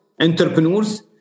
entrepreneurs